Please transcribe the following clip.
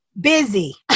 Busy